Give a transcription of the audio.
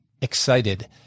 excited